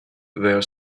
their